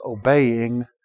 obeying